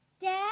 Dad